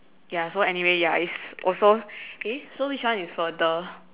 ya so anyway ya is also eh so which one is further